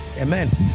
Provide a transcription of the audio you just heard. Amen